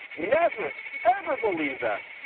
never, ever believe them,